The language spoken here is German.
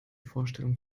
vorstellung